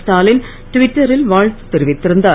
ஸ்டாலின் ட்விட்டரில் வாழ்த்து தெரிவித்திருந்தார்